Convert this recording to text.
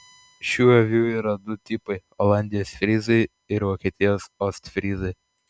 šių avių yra du tipai olandijos fryzai ir vokietijos ostfryzai